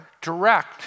direct